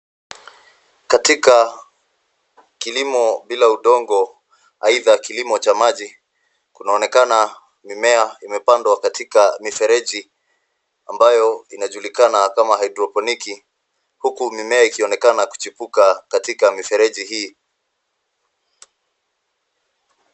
Katika kilimo bila udongo aidha kilimo cha maji, kunaonekana mimea imepandwa katika mifereji ambayo inajulikana kama haidroponiki, huku mimea ikionekana kuchipuka katika mifereji hii.